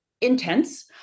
intense